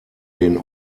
den